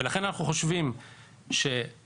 לכן אנחנו חושבים שהרתעה,